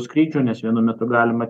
skrydžių nes vienu metu galima